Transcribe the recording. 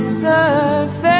surface